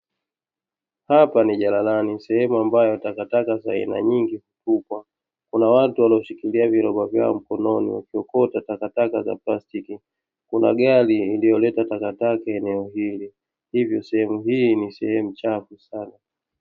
Hapa ni jalalani sehemu ambapo takataka za aina nyingi hutupwa, kuna watu wameshikilia viroba vyao mkononi huku wakiokota takataka hizo, kuna gari inayoleta takataka eneo hili, hivyo sehemu hii ni chafu.